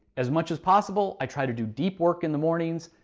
as much as possible i try to do deep work in the mornings,